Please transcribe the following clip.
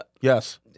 Yes